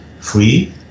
free